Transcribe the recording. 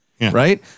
right